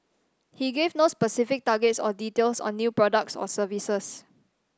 he gave no specific targets or details on new products or services